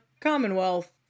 commonwealth